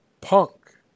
Punk